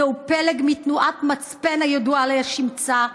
זהו פלג מתנועת מצפן הידועה לשמצה,